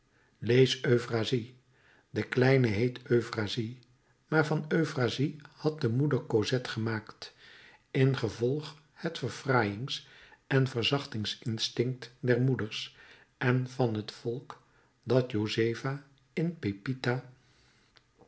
lees euphrasie de kleine heette euphrasie maar van euphrasie had de moeder cosette gemaakt ingevolge het verfraaiings en verzachtings instinct der moeders en van het volk dat josefa in